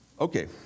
okay